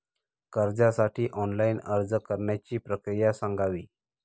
कर्जासाठी ऑनलाइन अर्ज करण्याची प्रक्रिया सांगावी